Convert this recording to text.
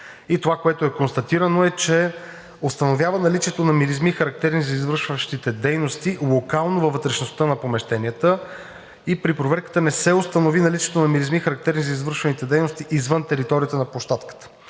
това, което е констатирано, е, че установява наличието на миризми, характерни за извършваните дейности локално във вътрешността на помещенията. При проверката не се установи наличието на миризми, характерни за извършваните дейности извън територията на площадката.